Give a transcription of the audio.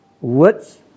Words